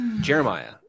Jeremiah